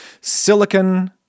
Silicon